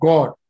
God